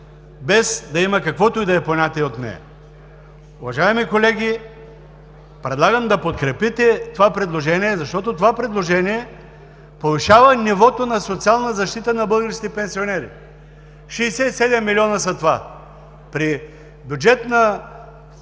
без да има каквото и да е понятие от нея. Уважаеми колеги, предлагам да подкрепите това предложение, защото повишава нивото на социалната защита на българските пенсионери. Това са 67 милиона! При бюджет на